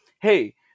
hey